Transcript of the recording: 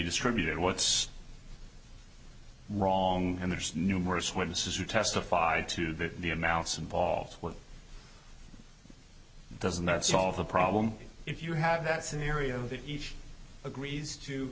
distributed what's wrong and there's numerous witnesses who testified to that the amounts involved what doesn't that solve the problem if you have that scenario that he agrees to